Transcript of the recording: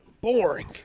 boring